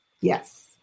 Yes